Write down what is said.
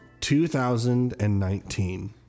2019